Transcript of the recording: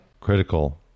Critical